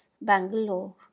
Bangalore